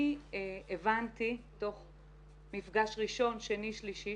אני פנסיונר שלש צה"ל אחרי 26 שנים בצבא